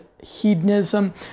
hedonism